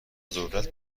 ذرت